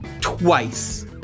twice